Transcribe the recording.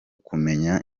kumenya